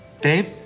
Babe